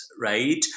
right